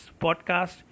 podcast